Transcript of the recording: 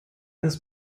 this